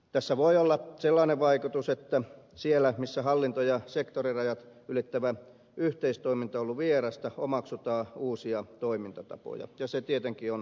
tässä voi olla sellainen vaikutus että siellä missä hallinto ja sektorirajat ylittävä yhteistoiminta on ollut vierasta omaksutaan uusia toimintatapoja ja se tietenkin on tervetullutta